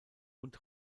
und